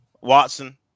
Watson